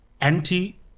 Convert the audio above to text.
anti